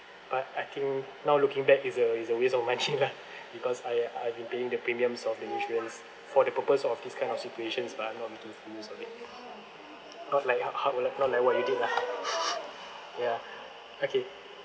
but I think now looking back it's a it's a waste of money lah because I I been paying the premiums of the insurance for the purpose of this kind of situations but not making full use of it not like ho~ how will like not like what you did lah ya okay